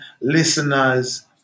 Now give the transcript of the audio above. listeners